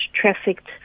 trafficked